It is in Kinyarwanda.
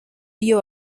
iyo